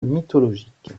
mythologique